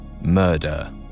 murder